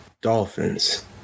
Dolphins